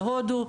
בהודו,